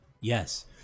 yes